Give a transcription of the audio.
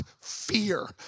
fear